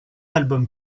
album